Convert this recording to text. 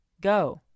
Go